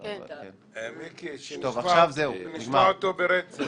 מיקי, שנשמע אותו ברצף.